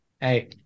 hey